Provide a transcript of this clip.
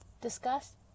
discuss